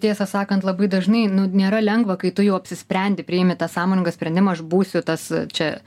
tiesą sakant labai dažnai nu nėra lengva kai tu jau apsisprendi priimi tą sąmoningą sprendimą aš būsiu tas čia